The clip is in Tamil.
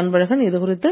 அன்பழகன் இது குறித்து